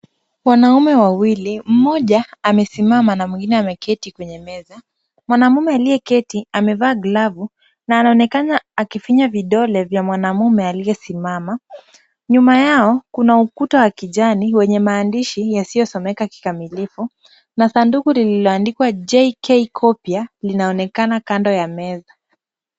Wanaume wawili, mmoja amesimama na mwingine ameketi kwenye meza. Mwanamume aliyeketi amevaa glavu na anaonekana akifinya vidole vya mwanamume aliyesimama. Nyuma yao kuna ukuta wa kijani wenye maandishi yasiyosomeka kikamilifu, na sanduku lililoandikwa J.K. Copia linaonekana kando ya meza.